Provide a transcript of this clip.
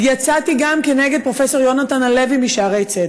יצאתי גם נגד פרופ' יהונתן הלוי משערי צדק,